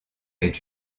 est